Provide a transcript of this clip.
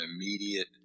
immediate